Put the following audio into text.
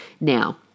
Now